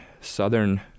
southern